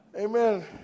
Amen